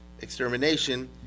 extermination